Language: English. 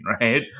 right